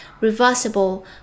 reversible